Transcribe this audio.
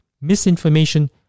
misinformation